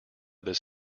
this